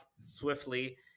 swiftly